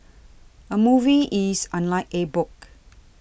a movie is unlike a book